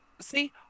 See